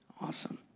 Awesome